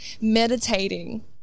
meditating